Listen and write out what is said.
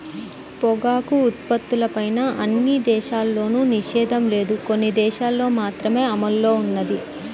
పొగాకు ఉత్పత్తులపైన అన్ని దేశాల్లోనూ నిషేధం లేదు, కొన్ని దేశాలల్లో మాత్రమే అమల్లో ఉన్నది